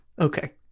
Okay